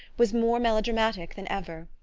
was more melodramatic than ever.